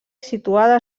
situada